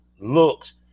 looks